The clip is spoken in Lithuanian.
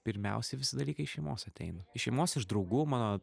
pirmiausia visi dalykai iš šeimos ateina iš šeimos iš draugų mano